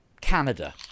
Canada